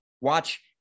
Watch